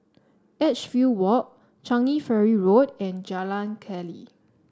Edgefield Walk Changi Ferry Road and Jalan Keli